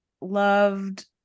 loved